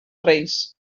reis